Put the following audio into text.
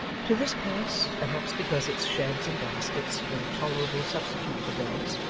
to this place, perhaps because its sheds and baskets were a tolerable substitute for beds,